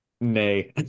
Nay